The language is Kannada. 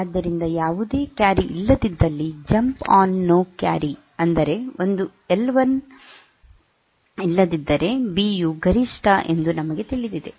ಆದ್ದರಿಂದ ಯಾವುದೇ ಕ್ಯಾರಿ ಇಲ್ಲದಿದ್ದಲ್ಲಿ ಜಂಪ್ ಆನ್ ನೋ ಕ್ಯಾರಿ ಅಂದರೆ ಅದು ಒಂದು ಎಲ್1 ಇಲ್ಲದಿದ್ದರೆ ಬಿ ಯು ಗರಿಷ್ಠ ಎಂದು ನಮಗೆ ತಿಳಿದಿದೆ